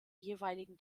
jeweiligen